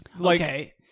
Okay